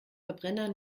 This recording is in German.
verbrenner